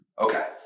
Okay